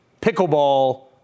pickleball